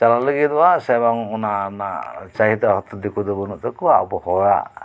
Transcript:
ᱪᱟᱞᱟᱜ ᱞᱟᱹᱜᱤᱫᱚᱜᱼᱟ ᱥᱮ ᱵᱟᱝ ᱚᱱᱟ ᱨᱮᱱᱟᱜ ᱪᱟᱹᱦᱤᱫᱟ ᱦᱚᱛᱚ ᱫᱤᱠᱩ ᱫᱚ ᱵᱟᱹᱱᱩᱜ ᱛᱟᱠᱚᱣᱟ ᱟᱵᱚ ᱦᱚᱲᱟᱜ